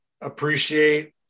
appreciate